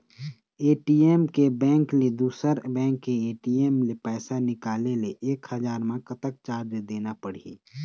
ATM के bank ले दुसर बैंक के ए.टी.एम ले पैसा निकाले ले एक हजार मा कतक चार्ज देना पड़ही?